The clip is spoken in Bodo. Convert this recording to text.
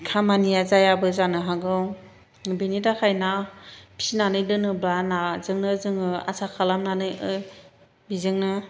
खामानिया जायाबो जानो हागौ बेनि थाखाय ना फिसिनानै दोनोब्ला नाजोंनो जोङो आसा खालामनानै बेजोंनो